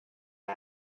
per